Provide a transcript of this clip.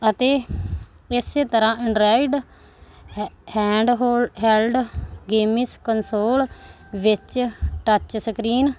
ਅਤੇ ਇਸ ਤਰ੍ਹਾਂ ਐਂਡਰਾਇਡ ਹੈਂਡ ਹੋ ਹੈਂਡ ਗੇਮਇਸ ਕਨਸੋਲ ਵਿੱਚ ਟੱਚ ਸਕਰੀਨ